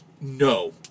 No